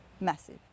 massive